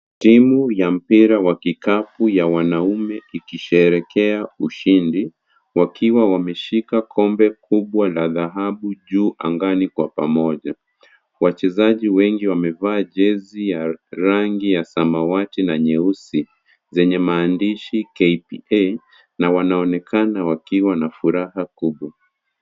Timu ya mpira wa kikapu ya wanaume ikisherehekea ushindi wakiwa wameshika kombe kubwa la dhahabu juu angani kwa pamoja. Wachezaji wengi wamevaa jezi ya rangi ya samawati na nyeusi zenye maandishi KPA na wanaonekana wakiwa na furaha kubwa.